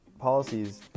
policies